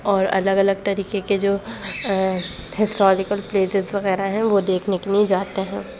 اور الگ الگ طریقے کے جو ہسٹوریکل پلیسیز وغیرہ ہیں وہ دیکھنے کے لیے جاتے ہیں